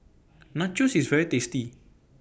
Nachos IS very tasty